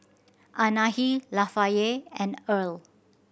Anahi Lafayette and Erle